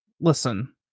listen